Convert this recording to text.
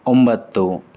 ಒಂಬತ್ತು